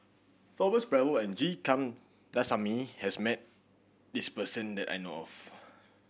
Thomas Braddell and G Kandasamy has met this person that I know of